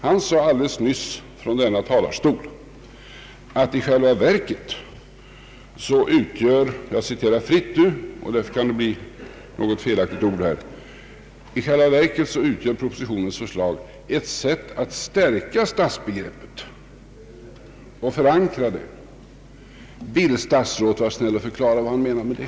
Han sade alldeles nyss från denna talarstol att i själva verket utgör — jag citerar fritt nu och därför kan det komma med något felaktigt ord — förslaget i propositionen ett sätt att stärka stadsbegreppet och förankra det. Vill statsrådet vara snäll och förklara vad han menar med det.